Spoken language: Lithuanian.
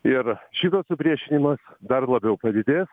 ir šitas supriešinimas dar labiau padidės